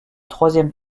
troisième